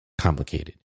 complicated